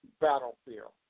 battlefield